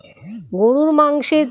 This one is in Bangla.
গরুর মাংসের চাহিদা কি রকম?